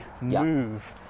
move